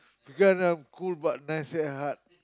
you're kinda cool but nice at heart